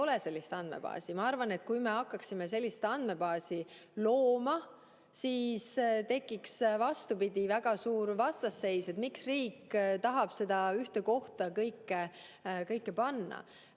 ole sellist andmebaasi. Ma arvan, et kui me hakkaksime sellist andmebaasi looma, siis tekiks, vastupidi, väga suur vastasseis, et miks riik tahab kõiki andmeid ühte kohta panna. Ma